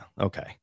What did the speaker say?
okay